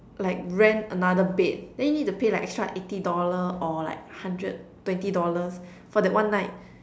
like rent another bed then you need to pay like extra eighty dollar or like hundred twenty dollars for that one night